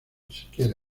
siquiera